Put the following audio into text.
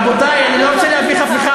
רבותי, אני לא רוצה להביך אף אחד.